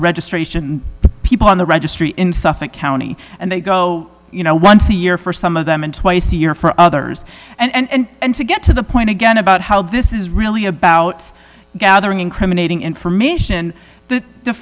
registration people on the registry in suffolk county and they go you know once a year for some of them and twice a year for others and to get to the point again about how this is really about gathering incriminating information that the